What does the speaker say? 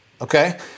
Okay